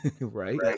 Right